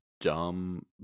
dumb